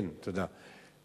כן, תודה.